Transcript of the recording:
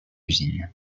usine